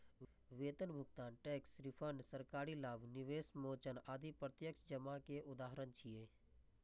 वेतन भुगतान, tax refund, सरकारी लाभ, निवेश मोचन आदि प्रत्यक्ष जमा के उदाहरण छियै